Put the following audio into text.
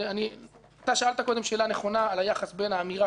שאלת קודם שאלה נכונה על היחס בין האמירה שרוצים